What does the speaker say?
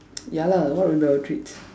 ya lah what will be our treats